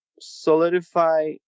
solidify